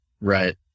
right